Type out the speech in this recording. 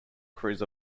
crews